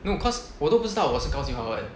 no cause 我都不知道我是高级华文